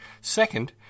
Second